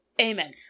Amen